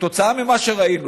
כתוצאה ממה שראינו,